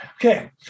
Okay